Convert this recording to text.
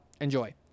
Enjoy